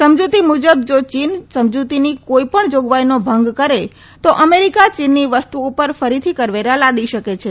સમજૂતી મુજબ જો ચીન સમજૂતીની કોઇ પણ જોગવાઇનો ભંગ કરે તો અમેરિકા ચીનની વસ્તુઓ ઉપર ફરીથી કરવેરા લાદી શકે છે